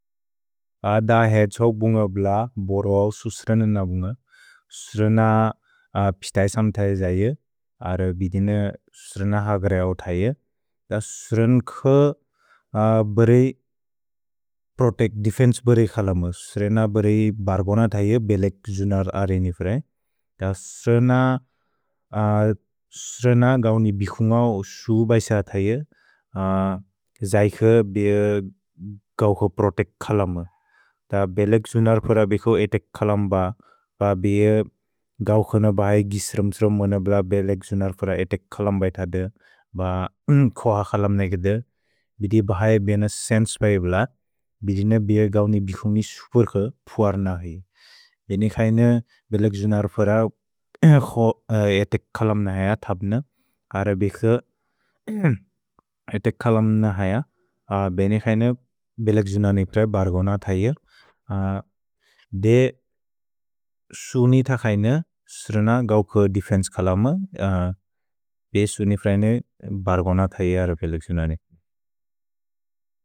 अ द ह् त्क्सौ बुन्ग ब्ल, बोर्वौ सु स्र्न न बुन्ग। स्र्न पिस्तैसम् थै जै, अर् बिदिन स्र्न हग्र्औ थै। द स्र्न ख बरै प्रोतेच्त्, देफेन्से बरै खलम। स्र्न बरै बर्कोन थै जै, बेलेक् जुनर् अर्नि फ्रए। द स्र्न, स्र्न गौनि बिकुन्गौ सु बैसेअ थै जै, जै ख बिए गौ ख प्रोतेच्त् खलम। द बेलेक् जुनर् फ्रए बिको एतेक् खलम ब, ब बिए गौ ख न बै गिस्र्म्-स्र्म् ओन ब्ल, बेलेक् जुनर् फ्रए एतेक् खलम बैत द, ब इन् कोह खलम नेगिद। भिदि बै बेने सेन्से बै ब्ल, बिदिन बिए गौनि बिकुन्ग सुपुर् ख पुअर् नहि। भेनि खज्ने बेलेक् जुनर् फ्रए एतेक् खलम न अय थप्ने, अर बिक्थ एतेक् खलम न अय। भेनि खज्ने बेलेक् जुनर् निप्रए बर्कोन थै जै। दे सुनि थ खज्ने स्र्न गौ ख देफेन्से खलम। भे सुनि फ्रए निप्रए बर्कोन थै जै अर बेलेक् जुनर् निप्रए।